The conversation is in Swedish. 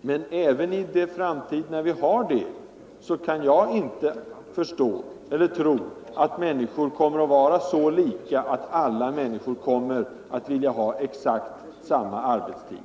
Men även i en framtid när vi har det, kan jag inte tro att människor kommer att vara så lika, att alla vill ha exakt samma arbetstid.